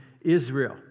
Israel